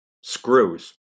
screws